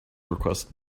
requested